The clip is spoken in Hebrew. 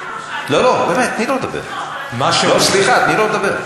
לא, אבל למה, לא, סליחה, תני לו לדבר.